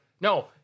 No